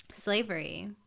slavery